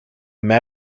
met